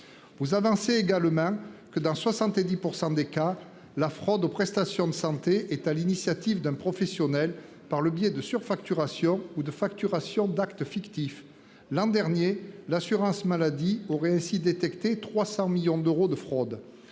Vous avancez également que dans 70% des cas, la fraude aux prestations de santé est à l'initiative d'un professionnel, par le biais de surfacturation ou de facturation d'actes fictifs l'an dernier, l'assurance maladie aurait ainsi détecté 300 millions d'euros de fraude